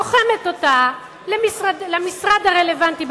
תוחמת אותה למשרד הרלוונטי,